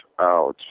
out